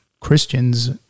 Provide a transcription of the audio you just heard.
Christians